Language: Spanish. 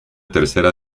tercera